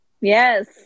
Yes